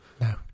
No